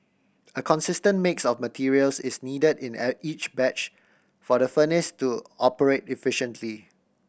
a consistent mix of materials is needed in each batch for the furnace to operate efficiently